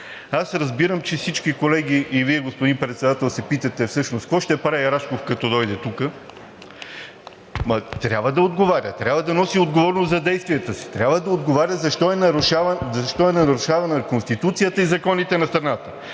Аз разбирам, че всички колеги и Вие, господин Председател, се питате всъщност какво ще прави Рашков, като дойде тук? (Реплики.) Трябва да отговаря, трябва да носи отговорност за действията си, трябва да отговаря защо е нарушавана Конституцията и законите на страната.